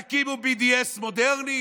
תקימו BDS מודרני?